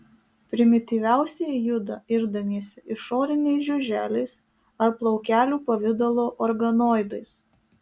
primityviausieji juda irdamiesi išoriniais žiuželiais ar plaukelių pavidalo organoidais